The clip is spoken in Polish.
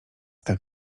tak